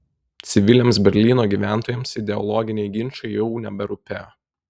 civiliams berlyno gyventojams ideologiniai ginčai jau neberūpėjo